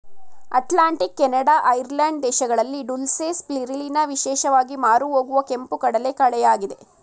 Atlantic, Canada, Ireland ದೇಶಗಳಲ್ಲಿ dulse, spirulina ವಿಶೇಷವಾಗಿ ಮಾರುಹೋಗುವ ಕೆಂಪು ಕಡಲಕಳೆಯಾಗಿದೆ